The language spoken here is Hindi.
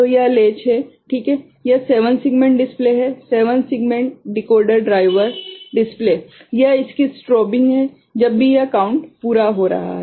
तो यह लेच है ठीक है यह 7 सेगमेंट डिस्प्ले है 7 सेगमेंट डिकोडर ड्राइवर डिस्प्ले यह इसकी स्ट्रोबिंग है जब भी यह काउंट पूरा हो रहा है